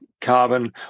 carbon